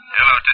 Hello